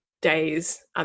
days